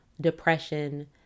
depression